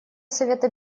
совета